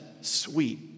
sweet